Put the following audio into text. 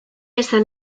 esan